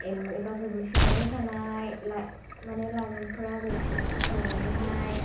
M एबा गोदोसोनानै थानाय माने लाइमोनफोरा जायफोर लेखा फरायनानैहाय